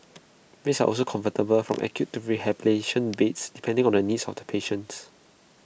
beds are also convertible from acute to rehabilitation beds depending on the needs of the patients